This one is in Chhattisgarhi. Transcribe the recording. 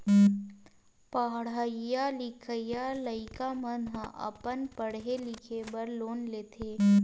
पड़हइया लिखइया लइका मन ह अपन पड़हे लिखे बर लोन लेथे